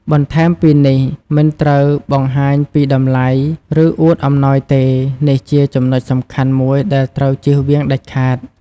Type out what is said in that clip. បន្ថែមពីនេះ មិនត្រូវបង្ហាញពីតម្លៃ ឬអួតអំណោយទេ នេះជាចំណុចសំខាន់មួយដែលត្រូវជៀសវាងដាច់ខាត។